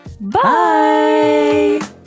Bye